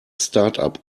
startup